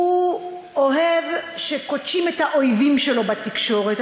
הוא אוהב שכותשים את האויבים שלו בתקשורת,